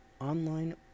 online